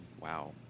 Wow